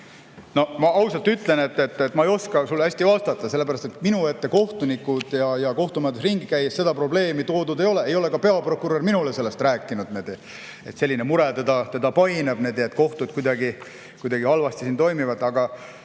No ma ausalt ütlen, et ma ei oska sulle hästi vastata, sellepärast et minu ette kohtunikud, kui ma olen kohtumajades ringi käinud, seda probleemi toonud ei ole. Ei ole ka peaprokurör minule sellest rääkinud, et selline mure teda painab, et kohtud selles osas kuidagi halvasti toimivad. Ma